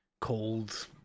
cold